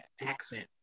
accent